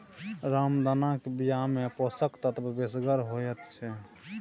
रामदानाक बियामे पोषक तत्व बेसगर होइत छै